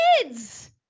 Kids